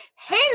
hey